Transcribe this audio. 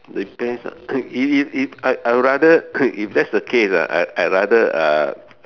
depends ah if if if I I would rather if that's the case ah I I rather uh